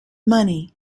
money